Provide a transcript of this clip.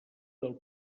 del